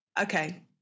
Okay